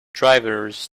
drivers